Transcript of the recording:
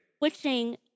Switching